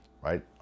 right